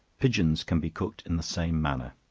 pigeons can be cooked in the same manner.